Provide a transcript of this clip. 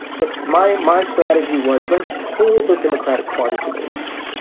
but my my strategy was, let's pull the democratic party to the left.